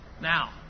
Now